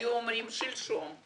היו אומרים שלשום.